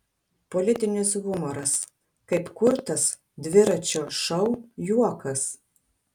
politinis humoras kaip kurtas dviračio šou juokas